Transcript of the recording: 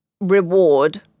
reward